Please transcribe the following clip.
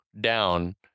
down